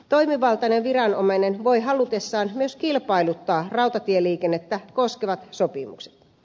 toimivaltainen viranomainen voi halutessaan myös kilpailuttaa rautatieliikennettä koskevat sopimukset